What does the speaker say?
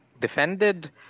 defended